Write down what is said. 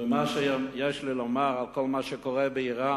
מה שיש לי לומר על כל מה שקורה באירן,